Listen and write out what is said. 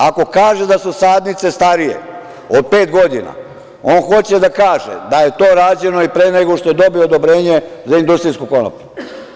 Ako kaže da su sadnice starije od pet godina, on hoće da kaže da je to rađeno i pre nego što je dobio odobrenje za industrijsku konoplju.